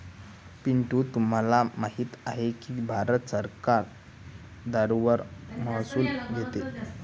पिंटू तुम्हाला माहित आहे की भारत सरकार दारूवर महसूल घेते